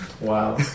Wow